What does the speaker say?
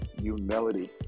humility